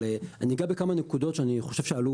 אבל אני אגע בכמה נקודות שאני חושב שעלו